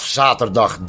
zaterdag